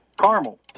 Caramel